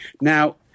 Now